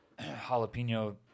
jalapeno